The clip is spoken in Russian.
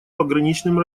пограничным